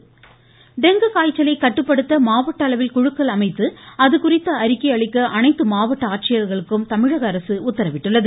dengue dengue காய்ச்சலை கட்டுப்படுத்த மாவட்ட அளவில் குழுக்கள் அமைத்து அது குறித்த அறிக்கை அளிக்க அனைத்து மாவட்ட ஆட்சியர்களுக்கும் தமிழக அரசு உத்தரவிட்டுள்ளது